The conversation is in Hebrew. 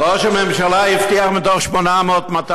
ראש הממשלה הבטיח מתוך 800 מיליון,